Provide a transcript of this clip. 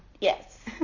Yes